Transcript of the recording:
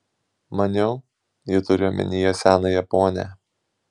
maniau ji turi omenyje senąją ponią